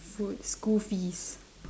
food school fees